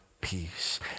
peace